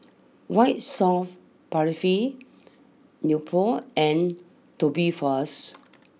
White soft Paraffin Nepro and Tubifast